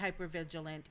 hypervigilant